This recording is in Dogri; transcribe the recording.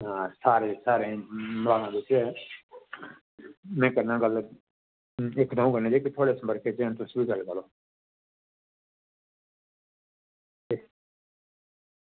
हां सारे सारें गी मलाना बिच्च में करना गल्ल इक द'ऊं कन्नै जेह्ड़े थुआढ़े संपर्क च हैन तुस बी गल्ल करो